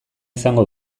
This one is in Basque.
izango